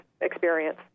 experience